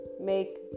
make